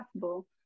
possible